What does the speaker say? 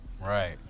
Right